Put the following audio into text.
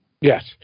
Yes